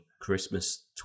Christmas